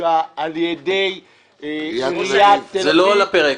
שהוגשה על ידי עיריית תל אביב --- זה לא על הפרק,